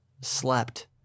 slept